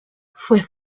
fue